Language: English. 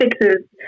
fixes